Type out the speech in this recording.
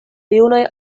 junaj